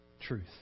truth